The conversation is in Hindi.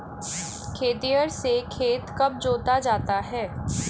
खेतिहर से खेत कब जोता जाता है?